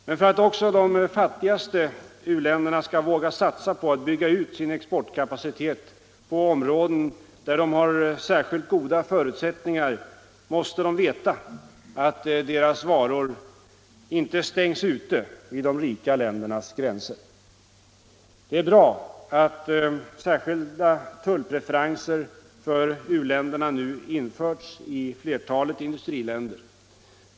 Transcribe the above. Men för att också de fattigaste u-länderna skall våga satsa på att bygga ut sin exportkapacitet på områden där de har särskilt goda förutsättningar måste de veta att deras varor inte stängs ute vid de rika ländernas gränser. Det är bra att särskilda tullpreferenser för u-länderna nu införts i flertalet industriländer.